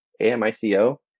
amico